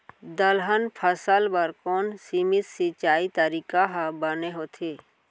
दलहन फसल बर कोन सीमित सिंचाई तरीका ह बने होथे?